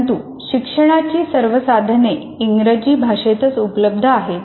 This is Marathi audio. परंतु शिक्षणाची सर्व साधने इंग्रजी भाषेतच उपलब्ध आहेत